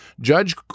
Judge